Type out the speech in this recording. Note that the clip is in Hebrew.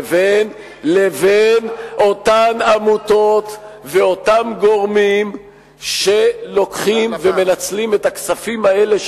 לבין אותן עמותות ואותם גורמים שלוקחים ומנצלים את הכספים האלה,